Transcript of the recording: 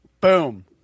Boom